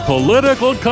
Political